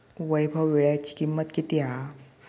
वैभव वीळ्याची किंमत किती हा?